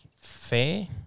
fair